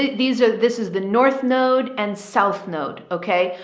these are, this is the north node and south node. okay.